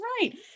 right